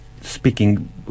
Speaking